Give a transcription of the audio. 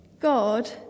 God